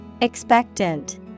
Expectant